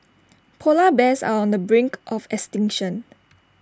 Polar Bears are on the brink of extinction